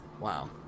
wow